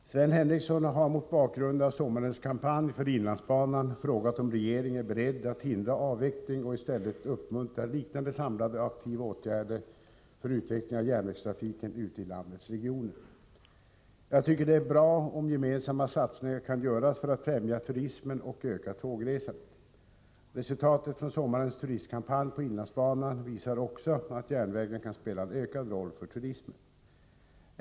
Herr talman! Sven Henricsson har mot bakgrund av sommarens kampanj för inlandsbanan frågat om regeringen är beredd att hindra avveckling och i stället uppmuntra liknande samlade aktiva åtgärder för utvecking av järnvägstrafiken ute i landets regioner. Jag tycker det är bra om gemensamma satsningar kan göras för att främja turismen och öka tågresandet. Resultatet från sommarens turistkampanj på inlandsbanan visar också att järnvägen kan spela en ökad roll för turismen.